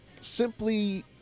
simply